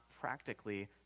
practically